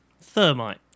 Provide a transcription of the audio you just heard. Thermite